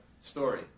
story